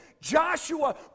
Joshua